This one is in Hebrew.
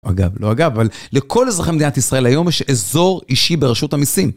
אגב, לא אגב, אבל לכל אזרחי מדינת ישראל היום יש אזור אישי ברשות המסים.